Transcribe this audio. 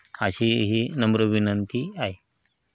अशी ही नम्र विनंती आहे